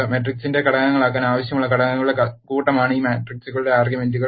മാട്രിക്സിന്റെ ഘടകങ്ങളാകാൻ ആവശ്യമായ ഘടകങ്ങളുടെ കൂട്ടമാണ് ഈ മാട്രിക്സിലേക്കുള്ള ആർഗ്യുമെന്റുകൾ